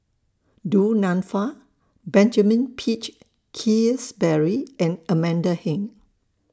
Du Nanfa Benjamin Peach Keasberry and Amanda Heng